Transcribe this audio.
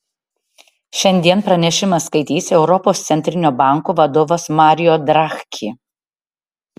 šiandien pranešimą skaitys europos centrinio banko vadovas mario draghi